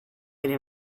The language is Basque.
ere